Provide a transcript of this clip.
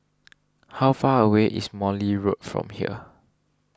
how far away is Morley Road from here